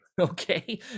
Okay